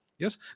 Yes